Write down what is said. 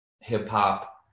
hip-hop